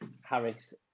Harris